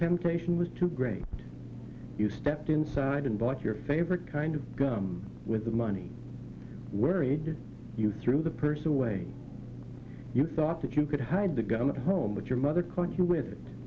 temptation was too great you stepped inside and bought your favorite kind of gum with the money worried you threw the person away you thought that you could hide the going home but your mother caught you with it